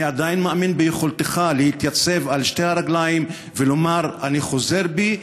אני עדיין מאמין ביכולתך להתייצב על שתי הרגליים ולומר: אני חוזר בי,